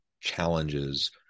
challenges